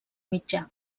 mitjà